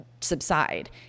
subside